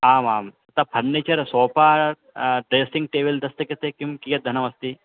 आमां तथा furniture sofa dressing table तस्य कृते किं कियद्धनमस्ति